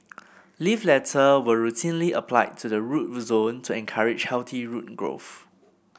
leaf litter was routinely applied to the root zone to encourage healthy root growth